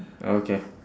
okay